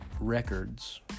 records